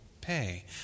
pay